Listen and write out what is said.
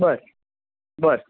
बर बर